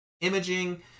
imaging